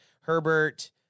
Herbert